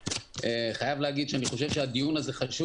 אני חייב להגיד שאני חושב שהדיון הזה חשוב